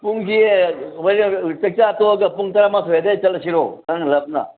ꯄꯨꯡꯁꯦ ꯍꯣꯔꯦꯟ ꯆꯥꯛꯆꯥ ꯇꯣꯛꯑꯒ ꯄꯨꯡ ꯇꯔꯥꯃꯥꯊꯣꯏ ꯑꯗꯨꯋꯥꯏꯗ ꯆꯠꯂꯁꯤꯔꯣ ꯈꯔ ꯉꯟꯂꯞꯅ